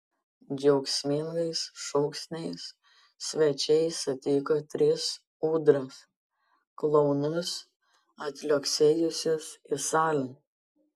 džiaugsmingais šūksniais svečiai sutiko tris ūdras klounus atliuoksėjusius į salę